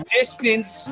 distance